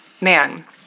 Man